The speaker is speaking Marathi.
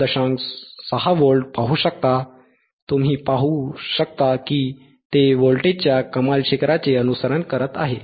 6v पाहू शकता तुम्ही पाहू शकता की ते व्होल्टेजच्या कमाल शिखराचे अनुसरण करत आहे